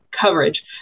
coverage